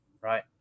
Right